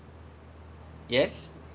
yes